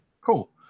cool